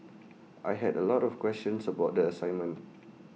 I had A lot of questions about the assignment